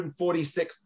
146